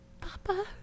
Papa